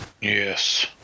Yes